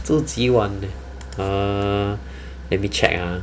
住几晚 err let me check ah